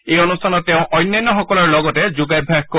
এই অনুষ্ঠানত তেওঁ অন্যান্যসকলৰ লগত যোগাভ্যাস কৰিব